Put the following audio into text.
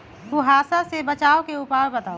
कुहासा से बचाव के उपाय बताऊ?